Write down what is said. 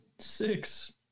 Six